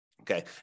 Okay